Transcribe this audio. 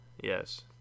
Yes